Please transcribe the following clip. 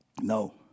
No